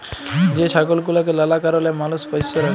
যে ছাগল গুলাকে লালা কারলে মালুষ পষ্য রাখে